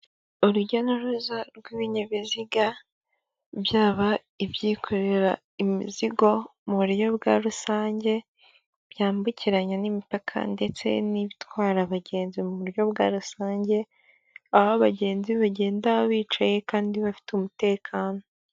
Urujya n'uruza rw'ibinyabiziga byaba ibyikorera imizigo mu buryo bwa rusange byambukiranya n'imipaka ndetse n'ibitwara abagenzi mu buryo bwa rusange aho abagenzi bagenda bicaye kandi bafite umutekano.